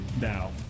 now